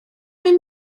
mynd